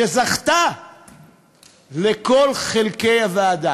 שזכתה בקרב כל חלקי הוועדה,